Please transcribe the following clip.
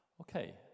Okay